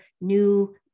new